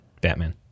Batman